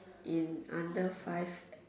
in under five